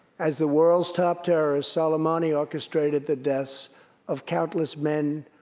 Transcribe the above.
as the world's top terrorist, soleimani orchestrated the deaths of countless men,